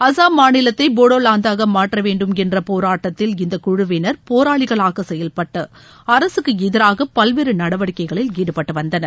அஸ்ஸாம் மாநிலத்தை போடோலாந்தாக மாற்ற வேண்டும் என்ற போராட்டத்தில் இந்த குழுவினர் போராளிகளாக செயல்பட்டு அரசுக்கு எதிராக பல்வேறு நடவடிக்கைகளில் ஈடுபட்டு வந்தனர்